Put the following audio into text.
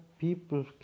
people